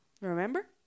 remember